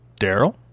Daryl